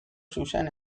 zuzen